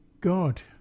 God